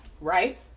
right